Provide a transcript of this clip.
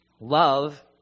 Love